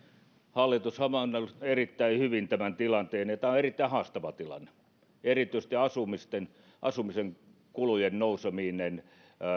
hallitus havainnoi erittäin hyvin tämän tilanteen ja tämä on erittäin haastava tilanne erityisesti asumisen asumisen kulujen nouseminen